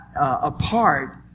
apart